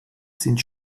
sind